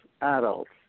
adults